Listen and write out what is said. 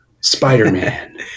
spider-man